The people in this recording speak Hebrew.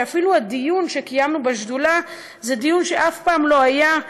שאפילו הדיון שקיימנו בשדולה זה דיון שאף פעם לא היה,